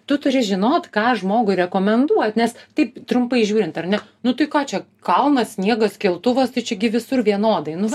tu turi žinot ką žmogui rekomenduot nes taip trumpai žiūrint ar ne nu tai ką čia kalnas sniegas keltuvas tai čia gi visur vienodai nu va